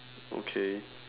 okay